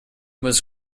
was